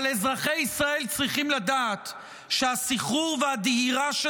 אבל אזרחי ישראל צריכים לדעת שהסחרור והדהירה של